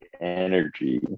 energy